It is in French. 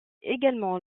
également